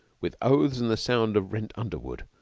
with oaths and the sound of rent underwood,